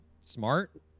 smart